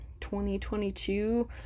2022